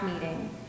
meeting